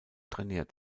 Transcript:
trainiert